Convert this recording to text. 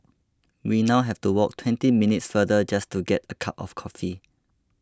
we now have to walk twenty minutes farther just to get a cup of coffee